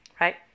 right